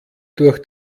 durch